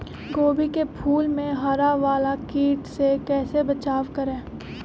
गोभी के फूल मे हरा वाला कीट से कैसे बचाब करें?